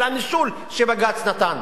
של הנישול שבג"ץ נתן.